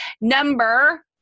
Number